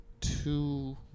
two